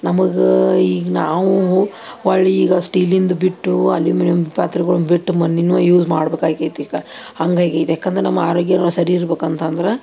ನಮಗೆ ಈಗ ನಾವೂ ಹೊರಳಿ ಈಗ ಸ್ಟೀಲಿಂದು ಬಿಟ್ಟು ಅಲ್ಯುಮಿನಿಯಮ್ ಪಾತ್ರೆಗಳನ್ನು ಬಿಟ್ಟು ಮಣ್ಣಿನವು ಯೂಸ್ ಮಾಡಬೇಕಾಗೈತಿ ಈಗ ಹಂಗಾಗೈತಿ ಯಾಕಂದ್ರೆ ನಮ್ಮ ಆರೋಗ್ಯವೂ ಸರಿ ಇರ್ಬೇಕಂತ ಅಂದ್ರ